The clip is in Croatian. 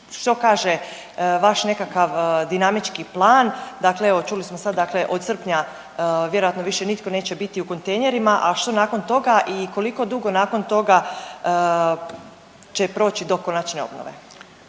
što kaže vaš nekakav dinamički plan, dakle evo čuli smo sad od srpnja vjerojatno više nitko neće biti u kontejnerima, a što nakon toga i koliko dugo nakon toga će proći do konačne obnove.